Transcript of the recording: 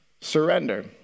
surrender